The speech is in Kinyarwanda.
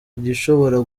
igishobora